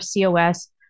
COS